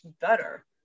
better